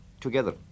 together